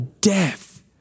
death